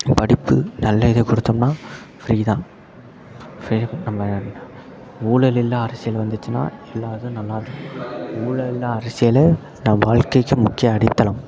படிப்பு நல்ல இதை கொடுத்தம்னா ஃப்ரீ தான் ஃப்ரீ நம்ம ஊழல் இல்லா அரசியல் வந்துச்சுன்னா எல்லா இதுவும் நல்லா இருக்கும் ஊழல் இல்லா அரசியல் நம் வாழ்க்கைக்கு முக்கிய அடித்தளம்